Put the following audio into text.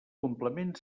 complement